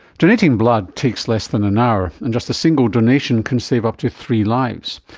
donating blood takes less than an hour, and just a single donation can save up to three lives,